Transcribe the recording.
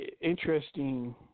interesting